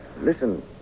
Listen